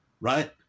Right